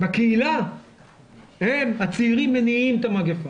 בקהילה הצעירים מניעים את המגפה.